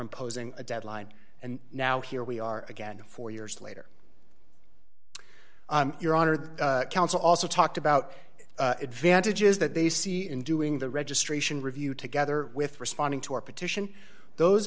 imposing a deadline and now here we are again four years later your honor the counsel also talked about advantages that they see in doing the registration review together with responding to our petition those